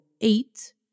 eight